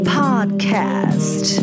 podcast